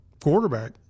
quarterback